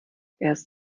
erst